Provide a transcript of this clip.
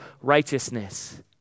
righteousness